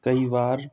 कई बार